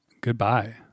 Goodbye